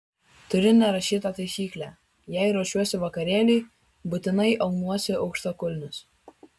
turiu nerašytą taisyklę jei ruošiuosi vakarėliui būtinai aunuosi aukštakulnius